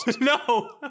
No